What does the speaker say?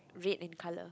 red in color